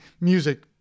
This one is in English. music